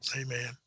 Amen